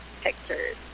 pictures